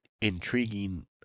intriguing